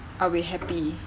I will be happy